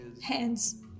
hands